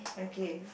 okay